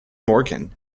morgan